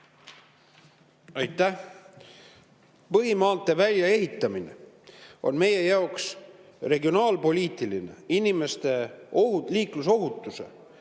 Aitäh! Põhimaanteede väljaehitamine on meie jaoks regionaalpoliitiline, inimeste liiklusohutuse